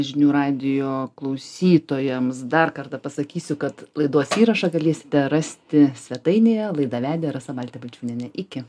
žinių radijo klausytojams dar kartą pasakysiu kad laidos įrašą galėsite rasti svetainėje laidą vedė rasa baltė balčiūnienė iki